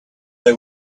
they